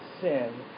sin